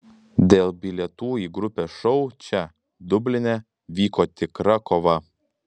dėl bilietų į grupės šou čia dubline vyko tikra kova